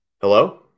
Hello